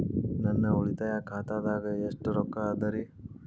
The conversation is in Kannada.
ನನ್ನ ಉಳಿತಾಯ ಖಾತಾದಾಗ ಎಷ್ಟ ರೊಕ್ಕ ಅದ ರೇ?